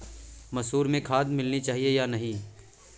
मसूर में खाद मिलनी चाहिए या नहीं?